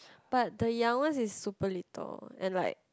but the young one is super little and like